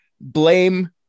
blame